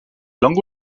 langues